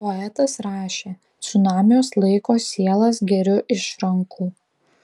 poetas rašė cunamiuos laiko sielas geriu iš rankų